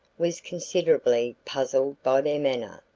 was considerably puzzled by their manner.